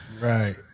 Right